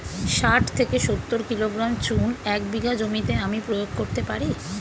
শাঠ থেকে সত্তর কিলোগ্রাম চুন এক বিঘা জমিতে আমি প্রয়োগ করতে পারি?